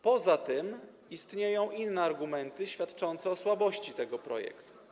Poza tym istnieją inne argumenty świadczące o słabości tego projektu.